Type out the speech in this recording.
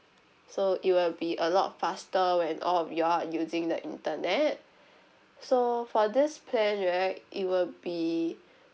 so it will be a lot faster when all of you all are using the internet so for this plan right it will be